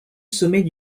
sommet